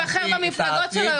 כך הרבה יותר קל לעקוב, זה